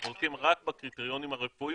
אנחנו עוסקים רק בקריטריונים הרפואיים,